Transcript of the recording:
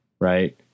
right